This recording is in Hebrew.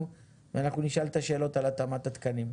ואנחנו נשאל את השאלות על התאמת התקנים.